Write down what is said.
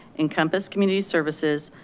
encompass community services,